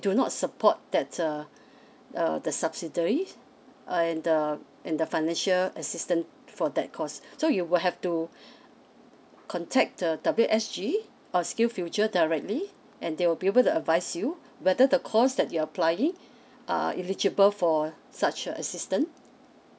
do not support that's uh the err subsidiaries uh and the and the financial assistance for that course so you will have to contact the W_S_G or skillsfuture directly and they will be able to advise you whether the course that you're applying are eligible for such a assistant